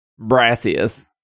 Brassius